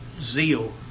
zeal